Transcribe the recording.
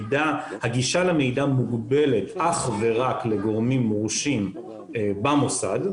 הגישה למידע מוגבלת אך ורק לגורמים מורשים במוסד.